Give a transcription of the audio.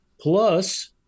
Plus